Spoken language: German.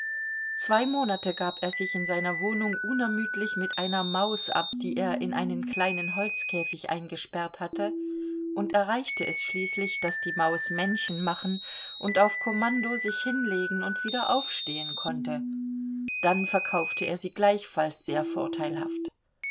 zwei monate gab er sich in seiner wohnung unermüdlich mit einer maus ab die er in einen kleinen holzkäfig eingesperrt hatte und erreichte es schließlich daß die maus männchen machen und auf kommando sich hinlegen und wieder aufstehen konnte dann verkaufte er sie gleichfalls sehr vorteilhaft